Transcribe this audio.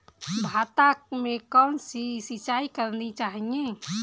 भाता में कौन सी सिंचाई करनी चाहिये?